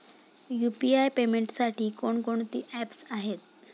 UPI पेमेंटसाठी कोणकोणती apps आहेत?